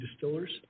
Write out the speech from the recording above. distillers